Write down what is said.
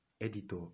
editor